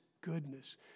goodness